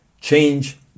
change